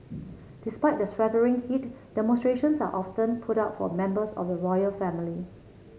despite the sweltering heat demonstrations are often put up for members of the royal family